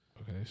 Okay